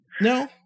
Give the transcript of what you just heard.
no